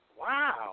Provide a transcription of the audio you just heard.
Wow